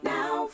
Now